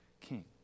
king